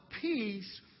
peace